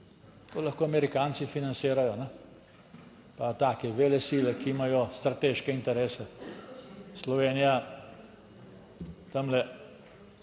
To lahko Amerikanci financirajo pa take velesile, ki imajo strateške interese. Slovenija tamle